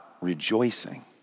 rejoicing